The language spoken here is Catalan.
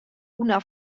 una